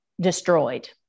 destroyed